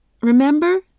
Remember